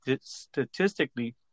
statistically